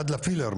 עד הפילר,